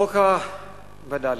חוק הווד"לים,